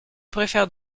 préfère